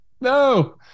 No